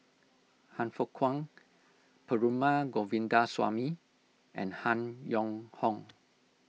Han Fook Kwang Perumal Govindaswamy and Han Yong Hong